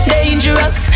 Dangerous